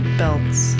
belts